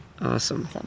Awesome